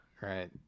Right